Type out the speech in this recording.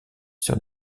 sur